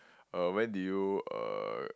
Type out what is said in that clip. uh when did you uh